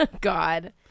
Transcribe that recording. God